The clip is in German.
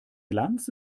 glanz